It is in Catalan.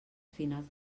finals